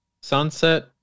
Sunset